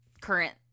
current